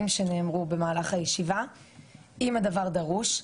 שנאמרו במהלך הישיבה אם הדבר דרוש,